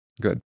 Good